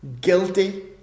guilty